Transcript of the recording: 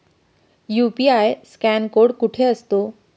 UPI scan code कुठे असतो?